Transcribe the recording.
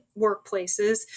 workplaces